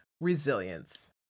resilience